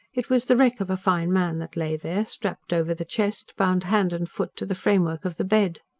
it was the wreck of a fine man that lay there, strapped over the chest, bound hand and foot to the framework of the bed.